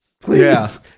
Please